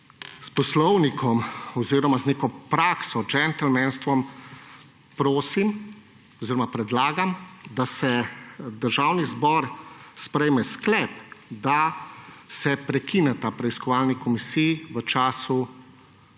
s poslovnikom oziroma z neko prakso, džentelmenstvom prosim oziroma predlagam, da Državni zbor sprejme sklep, da se prekineta preiskovalni komisiji v času